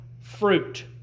fruit